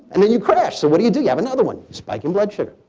and then you crash. so what do you do? you have another one. spike in blood sugar.